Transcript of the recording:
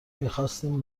میخواستیم